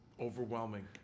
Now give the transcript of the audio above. overwhelming